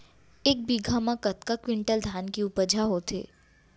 एक बीघा म कतका क्विंटल धान के उपज ह होथे?